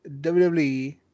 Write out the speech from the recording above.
WWE